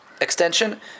extension